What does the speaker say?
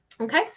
Okay